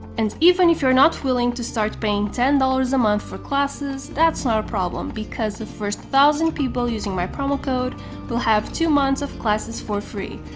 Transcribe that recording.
and even if you're not willing to start paying ten dollars a month for classes, that's not a problem because the first thousand people using my promo code will have two months of classes for free,